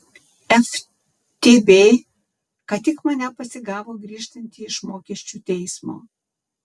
ftb ką tik mane pasigavo grįžtantį iš mokesčių teismo